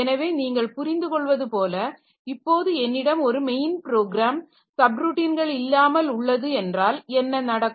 எனவே நீங்கள் புரிந்து கொள்வது போல இப்போது என்னிடம் ஒரு மெயின் ப்ரோகிராம் சப்ருட்டின்கள் இல்லாமல் உள்ளது என்றால் என்ன நடக்கும்